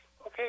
Okay